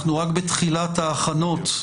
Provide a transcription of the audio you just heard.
אנחנו רק בתחילת ההכנות.